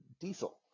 diesel